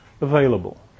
available